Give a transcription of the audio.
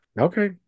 okay